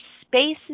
spaces